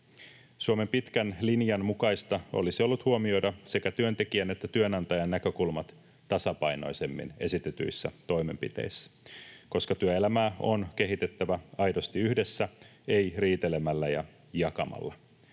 Suomen pitkän linjan mukaista olisi ollut huomioida esitetyissä toimenpiteissä sekä työntekijän että työnantajan näkökulmat tasapainoisemmin, koska työelämää on kehitettävä aidosti yhdessä, ei riitelemällä ja jakamalla.